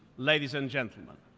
ladies and gentlemen,